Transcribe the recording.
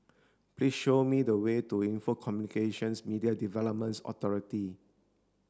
please show me the way to Info Communications Media Development Authority